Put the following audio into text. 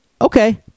okay